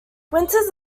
winters